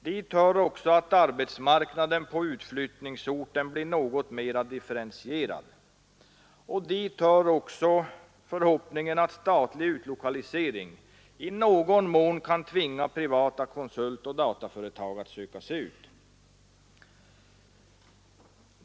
Dit hör också att arbetsmarknaden på utflyttningsorten blir något mera differentierad, och dit hör förhoppningen att statlig utlokalisering i någon mån kan tvinga privata konsultoch dataföretag att söka sig ut i landet.